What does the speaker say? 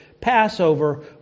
Passover